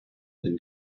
then